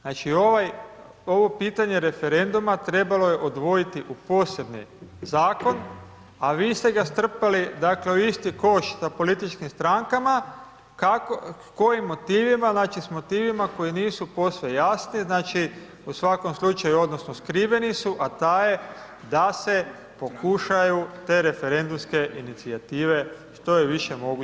Znači ovo pitanje referenduma trebalo je odvojiti u posebni zakon a vi ste ga strpali dakle u isti koš sa političkim strankama, kojim motivima, znači s motivima koji nisu posve jasni, znači u svakom slučaju odnosno skriveni su, a taj je da se pokušaju te referendumske inicijative što je više moguće ograničiti.